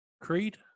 Creed